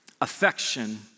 affection